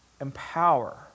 empower